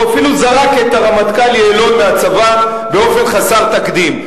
הוא אפילו זרק את הרמטכ"ל יעלון מהצבא באופן חסר תקדים.